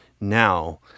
now